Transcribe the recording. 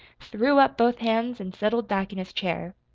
threw up both hands and settled back in his chair.